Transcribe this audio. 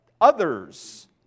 others